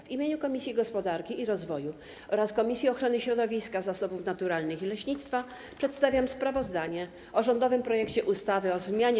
W imieniu Komisji Gospodarki i Rozwoju oraz Komisji Ochrony Środowiska, Zasobów Naturalnych i Leśnictwa przedstawiam sprawozdanie o rządowym projekcie ustawy o zmianie